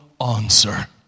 answer